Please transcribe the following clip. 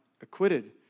acquitted